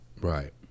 right